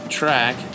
track